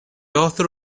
author